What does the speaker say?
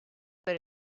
per